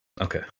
Okay